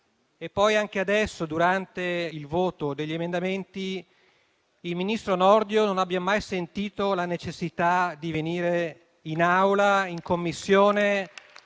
e anche adesso durante il voto degli emendamenti, il ministro Nordio non abbia mai sentito la necessità di essere presente, in Aula o in Commissione,